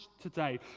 today